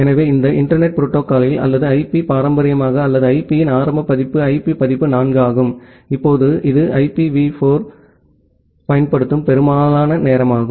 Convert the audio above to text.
எனவே இந்த internet protocol அல்லது ஐபி பாரம்பரியமாக அல்லது ஐபியின் ஆரம்ப பதிப்பு ஐபி பதிப்பு 4 ஆகும் இப்போது இது ஐபிவி 4 ஐப் பயன்படுத்தும் பெரும்பாலான நேரமாகும்